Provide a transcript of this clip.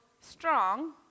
strong